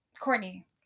Courtney